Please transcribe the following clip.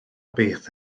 beth